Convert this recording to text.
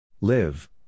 Live